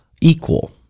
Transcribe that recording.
equal